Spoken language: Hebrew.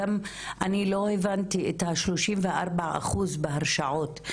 אני לא הבנתי את ה-34 אחוז בהרשעות.